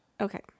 Okay